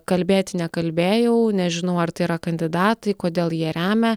kalbėt nekalbėjau nežinau ar tai yra kandidatai kodėl jie remia